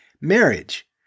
Marriage